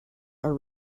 are